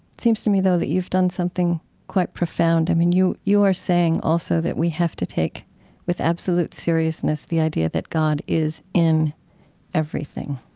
seems to me, though, that you've done something quite profound. i mean, you you are saying also that we have to take with absolute seriousness the idea that god is in everything,